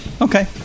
Okay